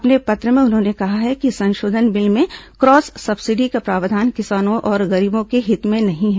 अपने पत्र में उन्होंने कहा है कि इस संशोधन बिल में क्रॉस सब्सिडी का प्रावधान किसानों और गरीबों के हित में नहीं है